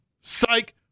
psych